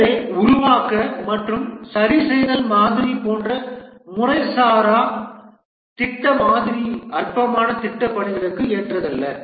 எனவே உருவாக்க மற்றும் சரிசெய்தல் மாதிரி போன்ற முறைசாரா திட்ட மாதிரி அற்பமான திட்டப்பணிகளுக்கு ஏற்றதல்ல